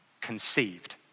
conceived